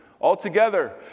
Altogether